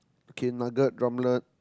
okay nugget drumlet